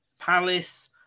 Palace